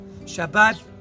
Shabbat